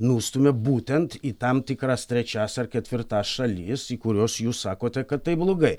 nustumia būtent į tam tikras trečias ar ketvirtas šalis į kuriuos jūs sakote kad tai blogai